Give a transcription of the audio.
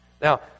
Now